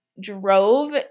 drove